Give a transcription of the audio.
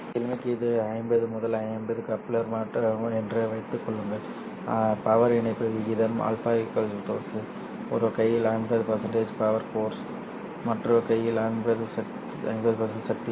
எளிமைக்கு இது 50 முதல் 50 கப்ளர் என்று வைத்துக் கொள்ளுங்கள் பவர் இணைப்பு விகிதம் α say ஒரு கையில் 50 பவர் கோர்ஸ் மற்றொரு கையில் 50 சக்தி